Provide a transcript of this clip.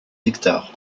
hectares